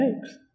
makes